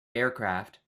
aircraft